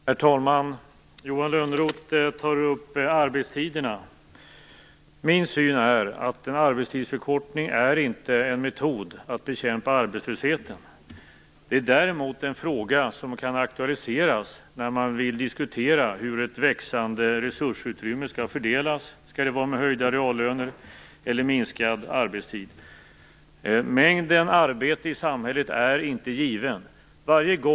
Herr talman! Johan Lönnroth tar upp arbetstiderna. Min syn är att en arbetstidsförkortning inte är en metod att bekämpa arbetslösheten. Det är däremot något som kan aktualiseras när man vill diskutera hur ett växande resursutrymme skall fördelas. Skall det göras med höjda reallöner eller med minskad arbetstid? Mängden arbete i samhället är inte given.